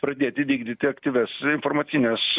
pradėti vykdyti aktyvias informacines